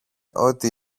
ότι